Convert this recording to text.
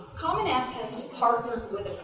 common app has partnered